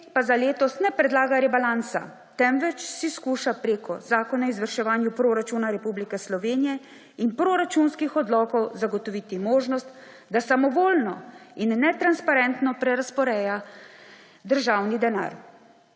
pa za letos ne predlaga rebalansa, temveč si skuša preko Zakona o izvrševanju proračuna Republike Slovenije in proračunskih odlokov zagotoviti možnost, da samovoljno in netransparentno prerazporeja državni denar.